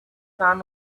sun